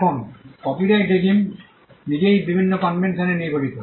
এখন copyright regime নিজেই বিভিন্ন কনভেনশন নিয়ে গঠিত